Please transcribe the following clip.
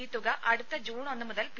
ഈ തുക അടുത്ത ജൂൺ ഒന്നുമുതൽ പി